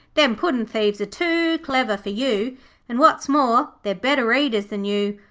them puddin'-thieves are too clever for you and, what's more, they're better eaters than you.